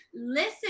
listen